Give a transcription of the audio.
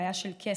בעיה של כסף.